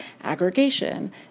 aggregation